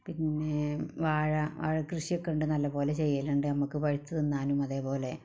പിന്നെ വാഴ വാഴ കൃഷിയൊക്കെ ഉണ്ട് നല്ലപോലെ ചെയ്യലുണ്ട് നമുക്ക് പഴുത്ത് തിന്നാനും അതേപോലെ